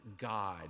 god